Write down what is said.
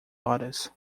horas